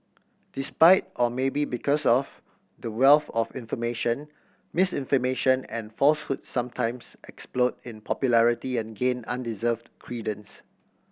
despite or maybe because of the wealth of information misinformation and falsehoods sometimes explode in popularity and gain undeserved credence